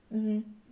mmhmm